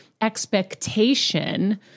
expectation